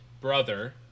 brother